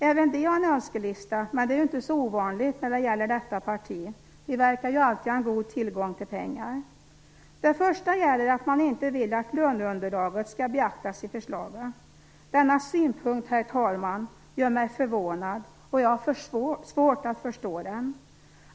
Även de har en önskelista, men det är inte så ovanligt när det gäller detta parti - det verkar ju alltid ha god tillgång till pengar. Det första gäller att man inte vill att löneunderlaget skall beaktas i förslaget. Denna synpunkt, herr talman, gör mig förvånad, och jag har svårt att förstå den.